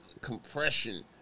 compression